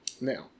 Now